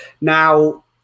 Now